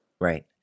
Right